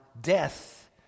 death